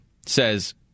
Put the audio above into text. says